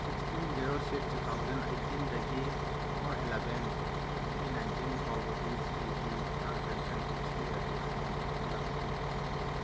sixteen zero six two thousand ꯑꯥꯏꯠꯇꯤꯟꯗꯒꯤ four eleven twenty nineteen ꯐꯥꯎꯕꯒꯤ ꯑꯩꯒꯤ ꯇ꯭ꯔꯥꯟꯖꯦꯛꯁꯟ ꯍꯤꯁꯇ꯭ꯔꯤ ꯑꯗꯨ ꯑꯩꯉꯣꯟꯗ ꯎꯠꯂꯛꯎ